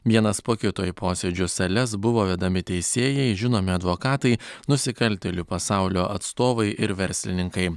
vienas po kito į posėdžių sales buvo vedami teisėjai žinomi advokatai nusikaltėlių pasaulio atstovai ir verslininkai